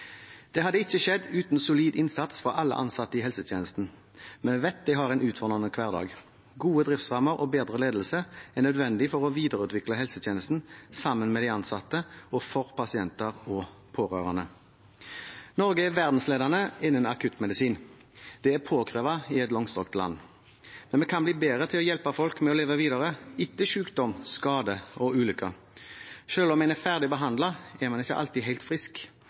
Det hadde ikke skjedd uten solid innsats fra alle ansatte i helsetjenesten. Vi vet at de har en utfordrende hverdag. Gode driftsrammer og bedre ledelse er nødvendig for å videreutvikle helsetjenesten sammen med de ansatte og for pasienter og pårørende. Norge er verdensledende innen akuttmedisin. Det er påkrevd i et langstrakt land. Men vi kan bli bedre til å hjelpe folk med å leve videre etter sykdom, skader og ulykker. Selv om en er ferdig behandlet, er en ikke alltid helt frisk.